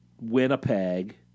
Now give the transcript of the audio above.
Winnipeg